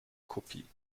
kopie